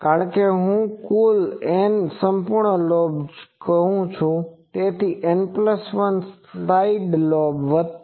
મારી પાસે 2Π×N1 side lobe છે કારણ કે હું કુલ N સંપૂર્ણ લોબ કહું છુ